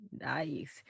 Nice